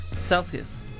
Celsius